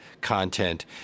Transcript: content